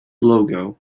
logo